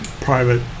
private